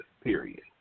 period